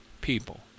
people